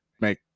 make